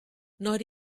not